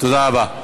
תודה רבה.